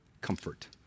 comfort